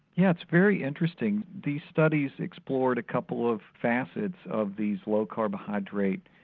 yeah it's very interesting, these studies explored a couple of facets of these low carbohydrate,